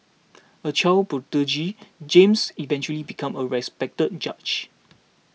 a child prodigy James eventually became a respected judge